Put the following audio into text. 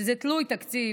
שזה תלוי תקציב,